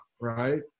right